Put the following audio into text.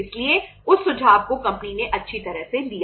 इसलिए उस सुझाव को कंपनी ने अच्छी तरह से लिया